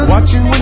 Watching